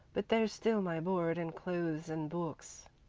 but there's still my board and clothes and books.